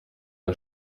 aho